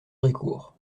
brécourt